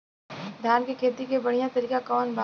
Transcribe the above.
धान के खेती के बढ़ियां तरीका कवन बा?